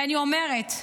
ואני אומרת,